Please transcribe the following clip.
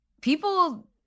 people